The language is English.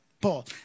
Paul